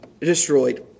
destroyed